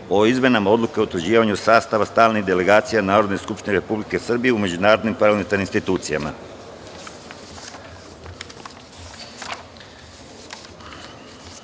o izmenama Odluke o utvrđivanju sastava stalnih delegacija Narodne skupštine Republike Srbije u međunarodnim parlamentarnim institucijama. Poštovani